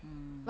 mm